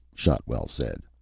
shotwell said.